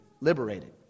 liberated